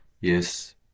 Yes